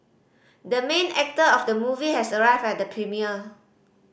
the main actor of the movie has arrived at the premiere